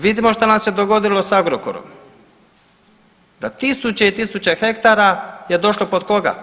Vidimo šta nam se dogodilo sa Agrokorom da tisuće i tisuće hektara je došlo pod koga?